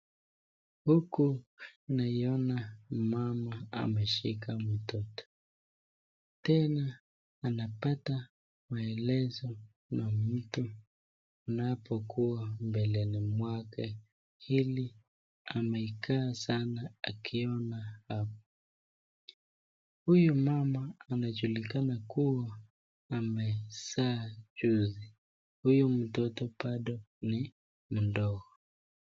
Huku naiona mama ameshika mtoto, tena anapata maelezo kuna mtu anapokuwa mbeleni mwake, ili amekaa sana akiona mahali hapa .Huyu mama anajulikana kuwa amezaa juzi, huyu mtoto bado ni mdogo.